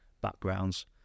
backgrounds